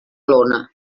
lona